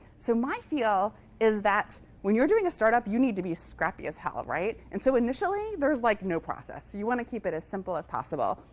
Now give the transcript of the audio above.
so my feel is that when you're going a startup, you need to be scrappy as hell. right? and so initially, there's like no process. you want to keep it as simple as possible.